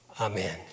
Amen